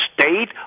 state